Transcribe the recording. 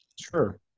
Sure